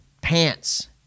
Pants